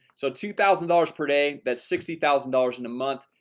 so two thousand dollars per day that's sixty thousand dollars in a month.